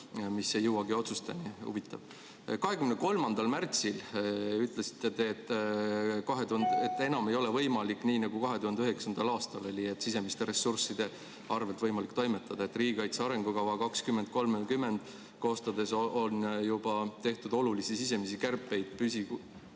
mis ei jõuagi otsustesse. Huvitav!23. märtsil ütlesite te, et enam ei ole võimalik nii, nagu 2009. aastal oli, et sisemiste ressursside arvel on võimalik toimetada, et riigikaitse arengukava 2030 koostades juba tehti olulisi sisemisi kärpeid nii